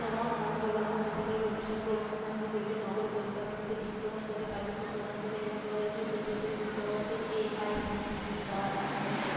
এমন অনবলম্ব বেসরকারি প্রতিষ্ঠানগুলোর অনুসন্ধান করুন যেগুলো নগর পরিকল্পনাতে ডিপ্লোমা স্তরের কার্যক্রম প্রদান করে এবং দু হাজার ঊনিশ দু হাজার কুড়ি শিক্ষাবর্ষে এআইসিটিই দ্বারা অনুমোদিত